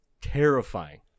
terrifying